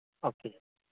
okay